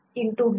D' B